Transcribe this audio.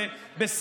ואת יודעת את זה,